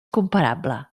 comparable